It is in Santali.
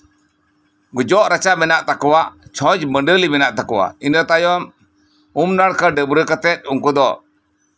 ᱡᱚᱜ ᱨᱟᱪᱟ ᱢᱮᱱᱟᱜ ᱛᱟᱠᱚᱣᱟ ᱪᱷᱚᱪ ᱢᱟᱹᱰᱟᱹᱞᱤ ᱢᱮᱱᱟᱜ ᱛᱟᱠᱚᱣᱟ ᱤᱱᱟᱹ ᱛᱟᱭᱚᱢ ᱩᱢ ᱱᱟᱲᱠᱟ ᱰᱟᱹᱵᱽᱨᱟᱹ ᱠᱟᱛᱮᱜ ᱩᱱᱠᱩ ᱫᱚ